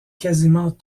quasiment